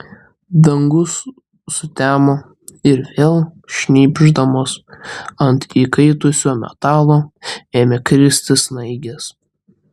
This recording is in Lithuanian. dangus sutemo ir vėl šnypšdamos ant įkaitusio metalo ėmė kristi snaigės